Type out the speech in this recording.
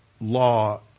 law